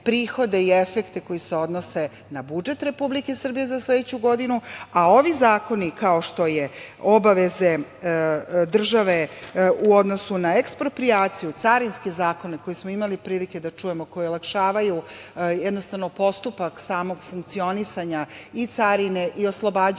i efekte koji se odnose na budžet Republike Srbije za sledeću godinu, a ovi zakoni, kao što su obaveze države u odnosu na eksproprijaciju, carinski zakoni koje smo imali prilike da čujemo, koji olakšavaju jednostavno postupak samog funkcionisanja i carine i oslobađanja